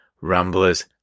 ramblers